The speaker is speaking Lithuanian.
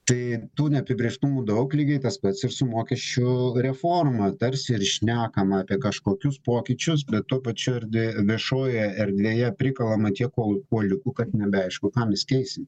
tai tų neapibrėžtumų daug lygiai tas pats ir su mokesčių reforma tarsi ir šnekama apie kažkokius pokyčius bet tuo pačiu erdvė viešojoje erdvėje prikalama tiek kuol kuoliukų kad nebeaišku ką mes keisime